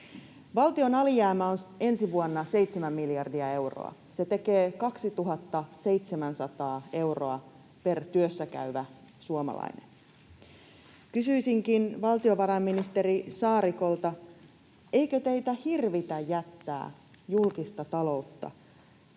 Valtion alijäämä on ensi vuonna 7 miljardia euroa. Se tekee 2 700 euroa per työssäkäyvä suomalainen. Kysyisinkin valtiovarainministeri Saarikolta: Eikö teitä hirvitä jättää julkista taloutta